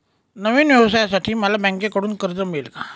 नवीन व्यवसायासाठी मला बँकेकडून कर्ज मिळेल का?